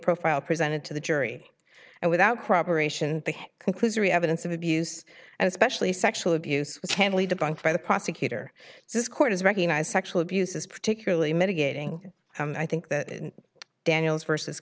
profile presented to the jury and without cooperation conclusory evidence of abuse and especially sexual abuse can lead to bunk by the prosecutor this court has recognized sexual abuse as particularly mitigating and i think that daniel's versus